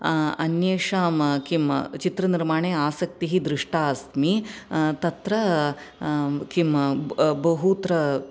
अन्येषां किं चित्रनिर्माणे आसक्तिः दृष्टा अस्मि तत्र किं बहुत्र